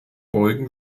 beugen